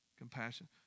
Compassion